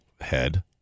head